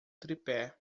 tripé